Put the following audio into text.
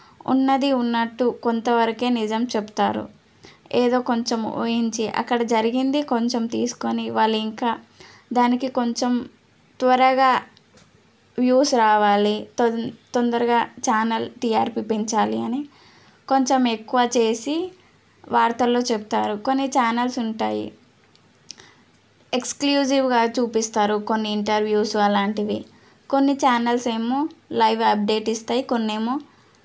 ఉన్నది ఉన్నట్టు కొంతవరకే నిజం చెబుతారు ఏదో కొంచెం ఊహించి అక్కడ జరిగింది కొంచెం తీసుకొని వాళ్ళు ఇంకా దానికి కొంచెం త్వరగా వ్యూస్ రావాలి తొన్ తొందరగా ఛానల్ టిఆర్పి పెంచాలి అని కొంచెం ఎక్కువ చేసి వార్తల్లో చెబుతారు కొన్ని ఛానల్స్ ఉంటాయి ఎక్స్క్లూజివ్గా చూపిస్తారు కొన్ని ఇంటర్వ్యూస్ అలాంటివి కొన్ని ఛానల్స్ ఏమో లైవ్ అప్డేట్ ఇస్తాయి కొన్ని ఏమో